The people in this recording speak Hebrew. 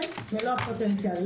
כן מלוא הפוטנציאל,